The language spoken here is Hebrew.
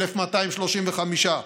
1,235,